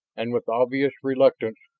and with obvious reluctance,